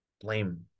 blame